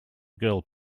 girl